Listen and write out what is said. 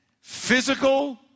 physical